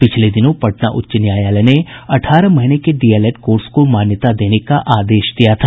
पिछले दिनों पटना उच्च न्यायालय ने अठारह महीने के डीएलएड कोर्स को मान्यता देने का आदेश दिया था